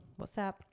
WhatsApp